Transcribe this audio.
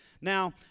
Now